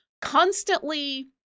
constantly